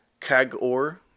Kagor